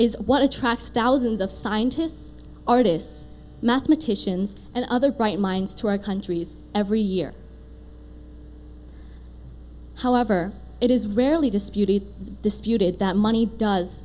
is what attracts thousands of scientists artists mathematicians and other bright minds to our country's every year however it is rarely disputed disputed that money does